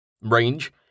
Range